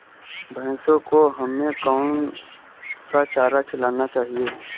भैंसों को हमें कौन सा चारा खिलाना चाहिए?